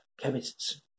chemists